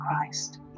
Christ